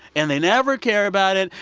and they never care about it.